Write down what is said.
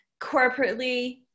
corporately